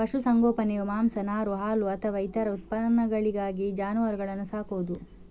ಪಶು ಸಂಗೋಪನೆಯು ಮಾಂಸ, ನಾರು, ಹಾಲು ಅಥವಾ ಇತರ ಉತ್ಪನ್ನಗಳಿಗಾಗಿ ಜಾನುವಾರುಗಳನ್ನ ಸಾಕುದು